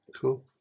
cool